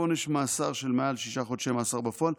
עונש מאסר של מעל שישה חודשי מאסר בפועל,